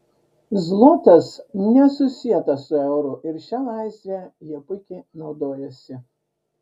zlotas nesusietas su euru ir šia laisve jie puikiai naudojasi